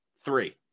three